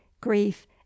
grief